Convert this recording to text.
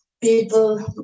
People